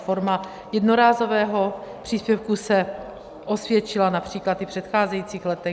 Forma jednorázového příspěvku se osvědčila například i v předcházejících letech.